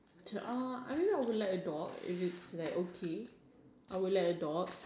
to all I maybe would like a dog if it's like okay I would like a dog